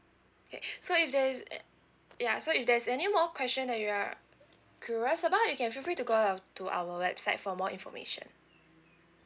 okay so if there is a~ ya so if there's any more question that you are curious about you can feel free to go uh to our website for more information